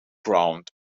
ground